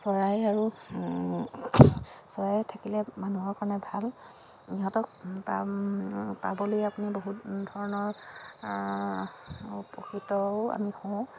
চৰাই আৰু চৰাই থাকিলে মানুহৰ কাৰণে ভাল ইহঁতক পাবলৈ আপুনি বহুত ধৰণৰ উপকৃতও আমি হওঁ